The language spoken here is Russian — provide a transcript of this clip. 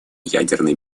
ядерной